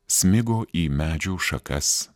smigo į medžių šakas